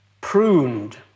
pruned